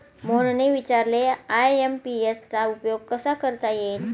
मोहनने विचारले आय.एम.पी.एस चा उपयोग कसा करता येईल?